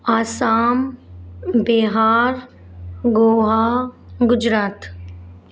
Assam Bihar Goa Gujarat